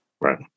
Right